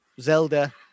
Zelda